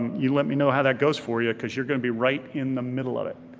you let me know how that goes for you, cause you're gonna be right in the middle of it.